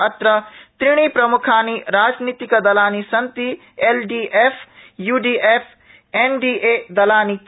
अत्र त्रीणि प्रम्खानि राजनीतिक दलानि सन्ति एलडीएफ यूडीएफ एनडीए दलानि च